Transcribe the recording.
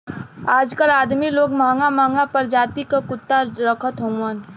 आजकल अदमी लोग महंगा महंगा परजाति क कुत्ता रखत हउवन